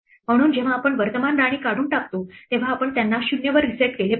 म्हणून जेव्हा आपण वर्तमान राणी काढून टाकतो तेव्हा आपण त्यांना 0 वर रीसेट केले पाहिजे